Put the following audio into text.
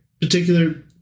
particular